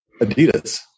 Adidas